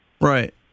Right